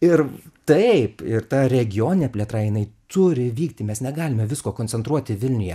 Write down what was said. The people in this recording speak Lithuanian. ir taip ir ta regioninė plėtra jinai turi vykti mes negalime visko koncentruoti vilniuje